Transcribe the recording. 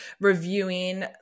reviewing